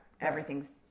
Everything's